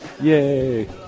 Yay